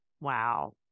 wow